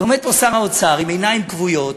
עומד פה שר האוצר עם עיניים כבויות,